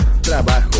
trabajo